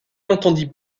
entendit